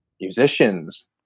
musicians